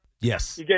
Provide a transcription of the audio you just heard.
Yes